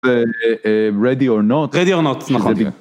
רדי או נוט? רדי או נוט, נכון.